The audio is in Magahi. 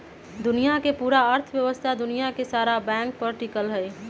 दुनिया के पूरा अर्थव्यवस्था दुनिया के सारा बैंके पर टिकल हई